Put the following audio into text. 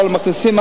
מכניסים.